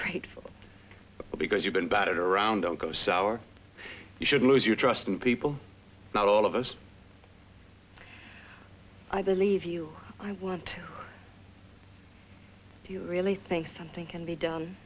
ungrateful because you've been batted around don't go sour you should lose your trust in people not all of us i believe you i want to really think something can be done